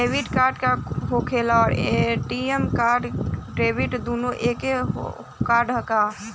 Debit card का होखेला और ए.टी.एम आउर डेबिट दुनों एके कार्डवा ह का?